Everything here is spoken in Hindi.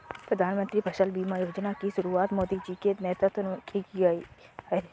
प्रधानमंत्री फसल बीमा योजना की शुरुआत मोदी जी के नेतृत्व में की गई है